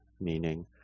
meaning